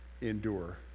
Endure